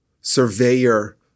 surveyor